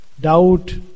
Doubt